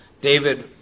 David